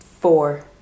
four